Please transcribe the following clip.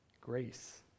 grace